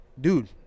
dude